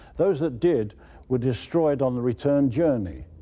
those that did were destroyed on the return journey.